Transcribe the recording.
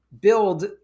build